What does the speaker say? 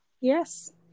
yes